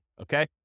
okay